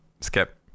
Skip